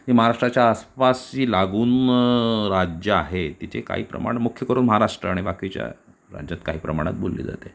ही महाराष्ट्राच्या आसपासची लागून म राज्यं आहेत तिथे काही प्रमाण मुख्यकरून महाराष्ट्र आणि बाकीच्या राज्यात काही प्रमाणात बोलली जाते